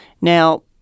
now